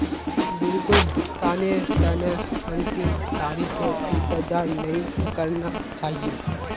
bill भुगतानेर तने अंतिम तारीखेर इंतजार नइ करना चाहिए